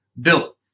built